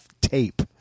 tape